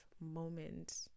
moment